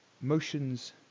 motions